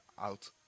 out